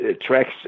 tracks